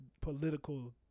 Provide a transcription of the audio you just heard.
political